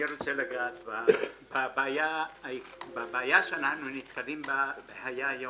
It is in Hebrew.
אני רוצה לגעת בבעיה שאנחנו נתקלים בה בחיי היום-יום.